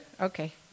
Okay